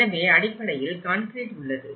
எனவே அடிப்படையில் கான்கிரீட் உள்ளது